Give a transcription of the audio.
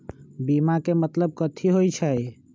बीमा के मतलब कथी होई छई?